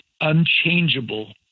unchangeable